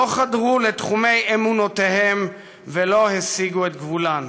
לא חדרו לתחומי אמונותיהם ולא הסיגו את גבולן.